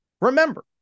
Remember